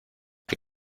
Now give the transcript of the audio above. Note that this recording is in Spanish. hay